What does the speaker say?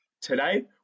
Today